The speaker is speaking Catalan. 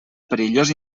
perillós